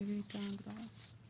נתחיל עם הסתייגות 55